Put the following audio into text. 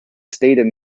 stated